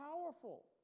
powerful